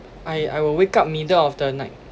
I I will wake up middle of the night